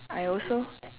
I also